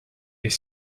est